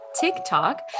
TikTok